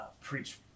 preach